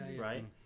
right